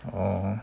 oh